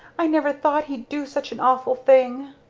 i never thought he'd do such an awful thing!